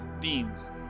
Beans